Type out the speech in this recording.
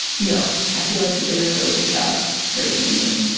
you know, i feel like you did a really good job raising me.